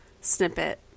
snippet